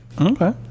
Okay